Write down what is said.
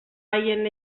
haien